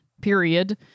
period